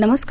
नमस्कार